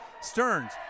Stearns